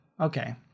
Okay